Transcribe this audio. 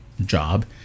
job